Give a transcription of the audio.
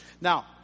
Now